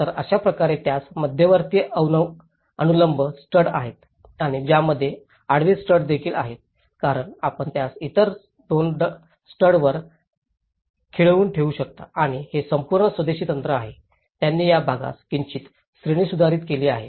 तर अशाप्रकारे त्यास मध्यवर्ती अनुलंब स्टड आहेत आणि ज्यामध्ये आडवे स्टड देखील आहेत कारण आपण त्यास इतर दोन स्टडवर खिळवून ठेवू शकता आणि हे संपूर्ण स्वदेशी तंत्र आहे त्यांनी या भागास किंचित श्रेणीसुधारित केली आहे